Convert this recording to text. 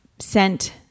sent